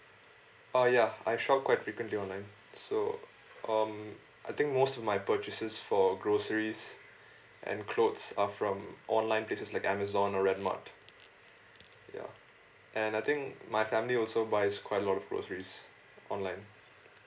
oh ya I shop quite frequently online so um I think most of my purchases for groceries and clothes are from online places like amazon or redmart ya and I think my family also buys quite a lot of groceries online